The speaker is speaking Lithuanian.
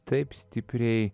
taip stipriai